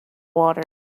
water